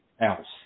else